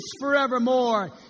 forevermore